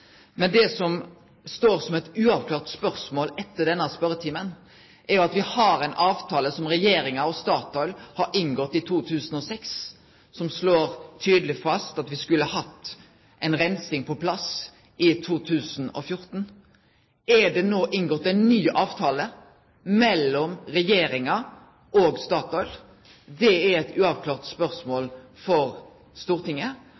Det som står som eit uavklart spørsmål etter denne spørjetimen, er: Vi har ein avtale som Regjeringa og Statoil har inngått i 2006, som slår tydeleg fast at me skulle hatt reinsing på plass i 2014. Er det no inngått ein ny avtale mellom Regjeringa og Statoil? Det er eit uavklart spørsmål for Stortinget.